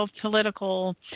political